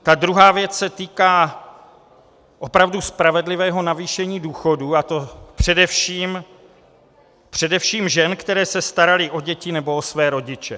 Ta druhá věc se týká opravdu spravedlivého navýšení důchodů, a to především žen, které se staraly o děti nebo o své rodiče.